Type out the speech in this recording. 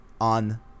on